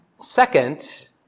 Second